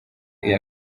iya